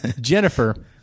Jennifer